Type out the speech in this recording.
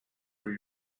for